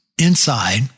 Inside